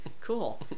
Cool